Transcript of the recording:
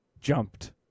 jumped